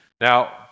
Now